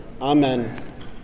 Amen